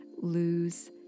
lose